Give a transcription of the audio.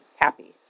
happy